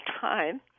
time